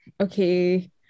okay